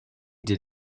did